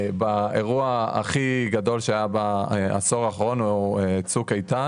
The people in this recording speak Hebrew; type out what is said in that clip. האירוע הכי גדול שהיה בעשור האחרון הוא "צוק איתן"